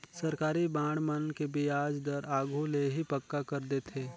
सरकारी बांड मन के बियाज दर आघु ले ही पक्का कर देथे